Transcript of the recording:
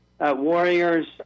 warriors